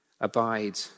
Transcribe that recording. abide